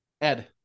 Ed